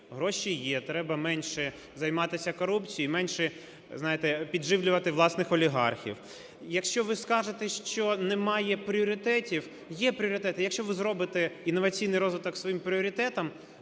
гроші є, треба менше займатися корупцією і менше, знаєте, підживлювати власних олігархів. Якщо ви скажете, що немає пріоритетів, є пріоритети. Якщо ви зробите інноваційний розвиток своїм пріоритетом,